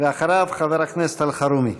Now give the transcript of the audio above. אחריו, חבר הכנסת אלחרומי.